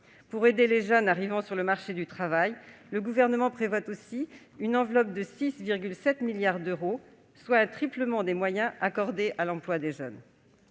Pour aider les jeunes arrivant sur le marché du travail, le Gouvernement prévoit aussi une enveloppe de 6,7 milliards d'euros, soit un triplement des moyens alloués à l'emploi des jeunes.